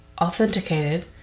authenticated